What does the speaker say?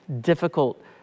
difficult